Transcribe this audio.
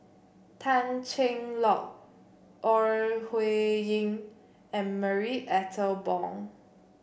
Tan Cheng Lock Ore Huiying and Marie Ethel Bong